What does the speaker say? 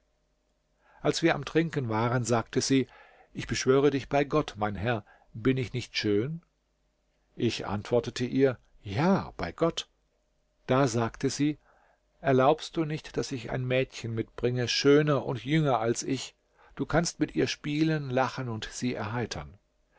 als wir am trinken waren sagte sie ich beschwöre dich bei gott mein herr bin ich nicht schön ich antwortete ihr ja bei gott da sagte sie erlaubst du nicht daß ich ein mädchen mitbringe schöner und jünger als ich du kannst mit ihr spielen lachen und sie erheitern